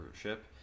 ship